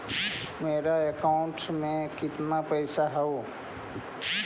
मेरा अकाउंटस में कितना पैसा हउ?